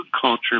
culture